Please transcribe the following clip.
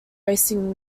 racing